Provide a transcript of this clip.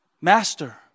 Master